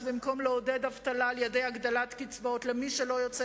במקום לעודד אבטלה על-ידי הגדלת קצבאות למי שלא יוצא